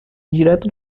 direto